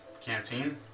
canteen